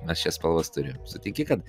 mes čia spalvas turim sutinti kad